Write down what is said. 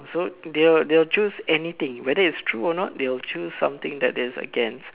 so they'll they'll choose anything whether it's true or not they will choose something that is against